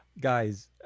Guys